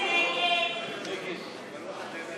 ההסתייגות (4) של קבוצת סיעת